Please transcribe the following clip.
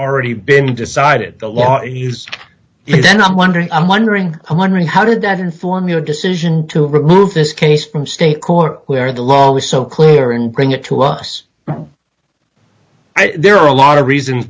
already been decided the lawyer he used then i'm wondering i'm wondering wondering how did that inform your decision to remove this case from state court where the law was so clear and bring it to us there are a lot of reasons